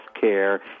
care